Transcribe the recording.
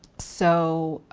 so,